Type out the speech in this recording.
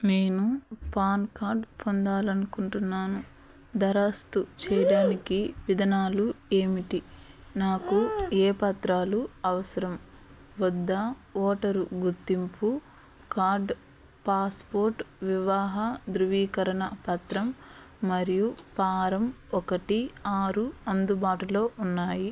నేను PAN card పొందాలి అనుకుంటున్నాను దరఖాస్తు చేయడానికి విదనాలు ఏమిటి నాకు ఏ పత్రాలు అవసరం వద్ద ఓటరు గుర్తింపు కార్డ్ పాస్పొర్ట్ వివాహ ధ్రువీకరణ పత్రం మరియు ఫారం ఒకటి ఆరు అందుబాటులో ఉన్నాయి